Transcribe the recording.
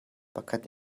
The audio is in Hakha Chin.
pakhat